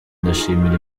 ndashimira